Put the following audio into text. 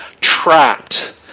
trapped